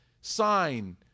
sign